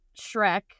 Shrek